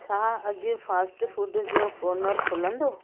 छा अॼु fast food जो कॉर्नर खुलंदो